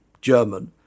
German